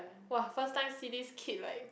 !woah! first time see this kid like